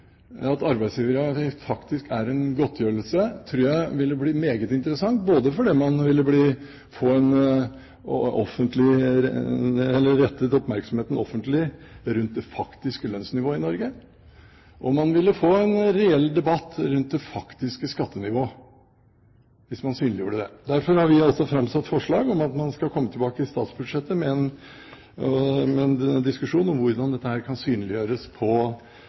at arbeidsgiveravgift faktisk er en godtgjørelse, tror jeg ville bli meget interessant, både fordi man ville få rettet offentlig oppmerksomhet rundt det faktiske lønnsnivået i Norge, og fordi man ville få en reell debatt rundt det faktiske skattenivået hvis man synliggjorde det. Derfor har vi framsatt forslag om at man skal komme tilbake i statsbudsjettet med en diskusjon om hvordan dette kan synliggjøres på